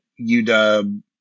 UW